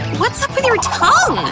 what's up with your tongue!